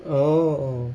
oh